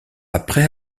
après